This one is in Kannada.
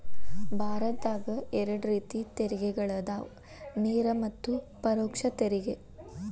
ಭಾರತದಾಗ ಎರಡ ರೇತಿ ತೆರಿಗೆಗಳದಾವ ನೇರ ಮತ್ತ ಪರೋಕ್ಷ ತೆರಿಗೆ